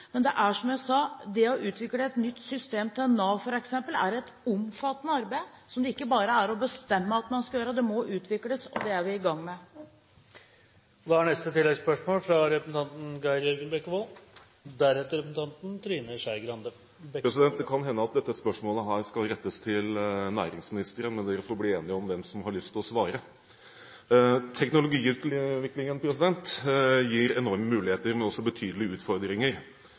Men som jeg sa, er det å utvikle et nytt system for Nav, f.eks., et omfattende arbeid, som det ikke bare er å bestemme at man skal gjøre – det må utvikles. Det er vi i gang med. Geir Jørgen Bekkevold – til oppfølgingsspørsmål. Det kan hende at dette spørsmålet skal rettes til næringsministeren, men dere får bli enige om hvem som har lyst til å svare. Teknologiutviklingen gir enorme muligheter, men også betydelige utfordringer.